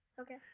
Okay